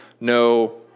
no